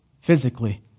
physically